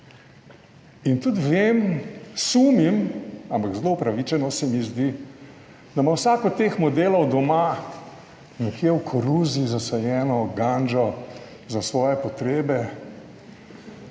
tudi vem, sumim, ampak zelo upravičeno se mi zdi, da ima vsak od teh modelov doma nekje v koruzi zasajeno gandžo za svoje potrebe,